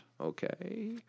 okay